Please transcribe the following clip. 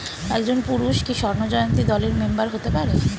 একজন পুরুষ কি স্বর্ণ জয়ন্তী দলের মেম্বার হতে পারে?